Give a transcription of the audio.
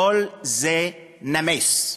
כל זה נמס.